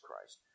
Christ